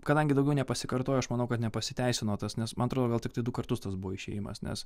kadangi daugiau nepasikartojo aš manau kad nepasiteisino tas nes man atrodo gal tik du kartus tas buvo išėjimas nes